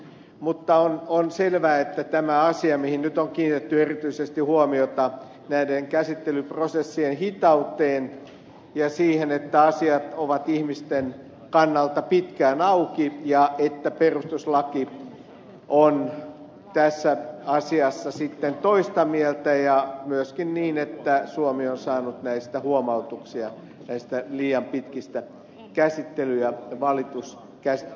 mutta on selvä että tämä on asia mihin nyt on kiinnitetty erityisesti huomiota näiden käsittelyprosessien hitauteen ja siihen että asiat ovat ihmisten kannalta pitkään auki ja että perustuslaki on tässä asiassa toista mieltä ja myöskin siihen että suomi on saanut näistä liian pitkistä käsittely ja valitusajoista huomautuksia